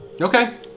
Okay